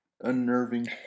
unnerving